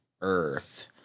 Earth